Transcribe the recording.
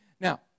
Now